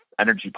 energy